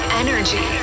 energy